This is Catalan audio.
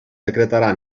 decretarà